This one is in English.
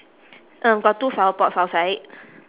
um got two flower pots outside